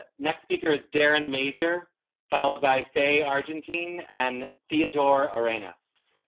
ah next speaker is darren major followed by fe argentine and theodore earthiness